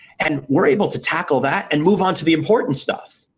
and we're able to tackle that and move on to the important stuff.